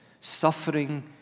suffering